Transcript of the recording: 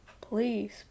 please